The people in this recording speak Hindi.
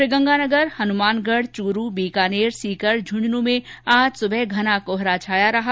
श्रीगंगानगर हनुमानगढ चूरू बीकानेर सीकर झन्झन में आज सुबह घना कोहरा छाया रहा